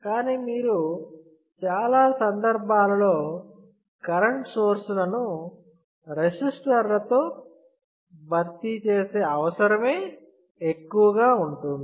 కానీ మీరు చాలా సందర్భాలలో కరెంట్ సోర్స్ లను రెసిస్టర్ లతో భర్తీ చేసే అవసరమే ఎక్కువగా ఉంటుంది